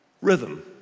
Rhythm